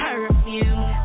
perfume